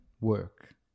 work